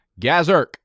Gazerk